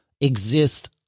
exist